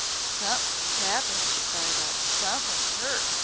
somethin's appened, she cried out. someone's urt.